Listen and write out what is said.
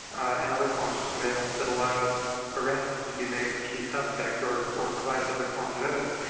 and other forms of surveillance that allowed arrests to be made of key suspects, or or provided other forms of evidence.